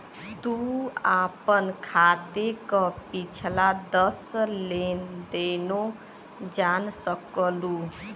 तू आपन खाते क पिछला दस लेन देनो जान सकलू